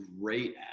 great